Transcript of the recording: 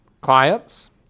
clients